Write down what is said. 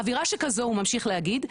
"באווירה שכזו.." הוא ממשיך להגיד,